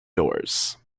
doors